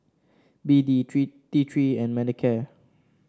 B D three T Three and Manicare